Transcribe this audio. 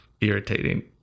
irritating